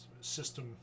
system